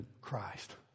Christ